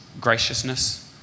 graciousness